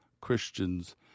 Christians